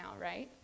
right